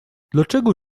dlaczego